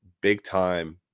big-time